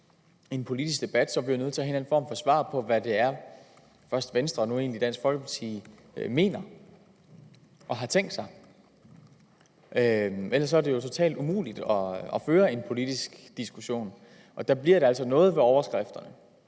en politisk debat bliver jeg nødt til at have en form for svar på, hvad det er, først Venstre og nu Dansk Folkeparti mener og har tænkt sig, for ellers er det jo totalt umuligt at føre en politisk diskussion, og der bliver det altså noget ved overskrifterne.